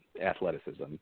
athleticism